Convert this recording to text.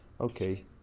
Okay